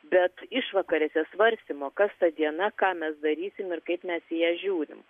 bet išvakarėse svarstymo kas ta diena ką mes darysim ir kaip mes į ją žiūrim